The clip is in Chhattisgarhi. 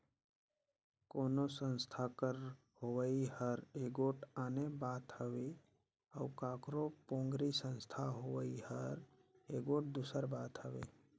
कोनो संस्था कर होवई हर एगोट आने बात हवे अउ काकरो पोगरी संस्था होवई हर एगोट दूसर बात हवे